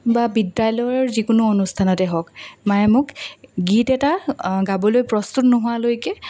বা বিদ্যালয়ৰ যিকোনো অনুষ্ঠানতে হওক মায়ে মোক গীত এটা গাবলৈ প্ৰস্তুত নোহোৱালৈকে